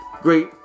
Great